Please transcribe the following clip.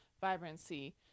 vibrancy